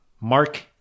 Mark